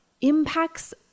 impacts